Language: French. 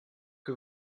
que